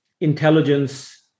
intelligence